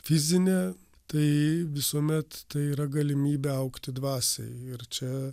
fizinė tai visuomet tai yra galimybė augti dvasiai ir čia